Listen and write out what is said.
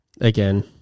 again